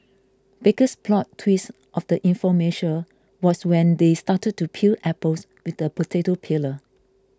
biggest plot twist of the infomercial was when they started to peel apples with the potato peeler